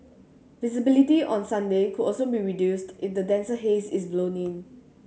visibility on Sunday could also be reduced if the denser haze is blown in